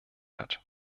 hat